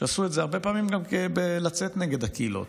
שעשו את זה הרבה פעמים גם בלצאת נגד הקהילות.